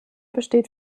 besteht